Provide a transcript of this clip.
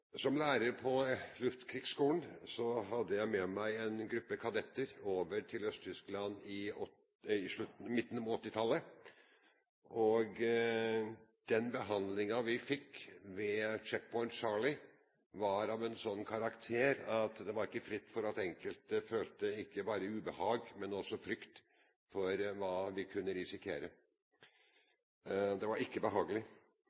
Som lærer på Luftkrigsskolen hadde jeg med meg en gruppe kadetter over til Øst-Tyskland på midten av 1980-tallet. Den behandlingen vi fikk ved Checkpoint Charlie, var av en sånn karakter at det ikke var fritt for at enkelte følte ikke bare ubehag, men også frykt for hva vi kunne risikere. Det var ikke behagelig.